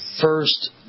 first